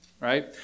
right